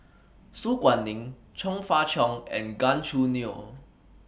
Su Guaning Chong Fah Cheong and Gan Choo Neo